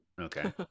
okay